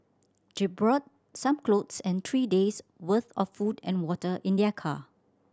brought some clothes and three days'worth of food and water in their car